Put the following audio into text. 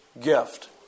gift